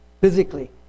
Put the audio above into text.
physically